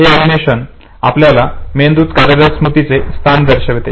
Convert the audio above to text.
हे अॅनिमेशन आपल्याला मेंदूत कार्यरत स्मृतीचे स्थान दर्शवते